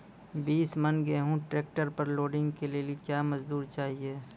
बीस मन गेहूँ ट्रैक्टर पर लोडिंग के लिए क्या मजदूर चाहिए?